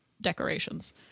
decorations